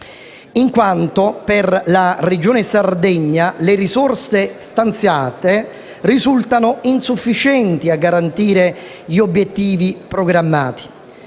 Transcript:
in quanto per la Regione Sardegna le risorse stanziate risultano insufficienti a garantire gli obiettivi programmati.